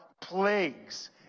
plagues